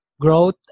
growth